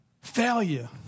Failure